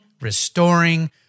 restoring